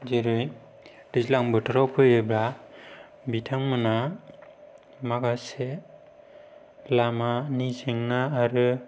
जेरै दैज्लां बोथोराव फैयोब्ला बिथांमोना माखासे लामानि जेंना आरो